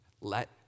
Let